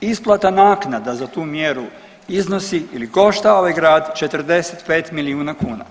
isplata naknada za tu mjeru iznosi ili košta ovaj grad 45 milijuna kuna.